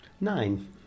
Nine